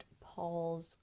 Paul's